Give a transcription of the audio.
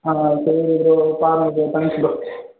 ஆ சரிங்க ப்ரோ பாருங்கள் bro thanks bro